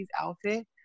outfit